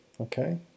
okay